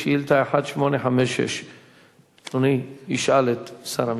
שאילתא 1856. אדוני ישאל את שר המשפטים.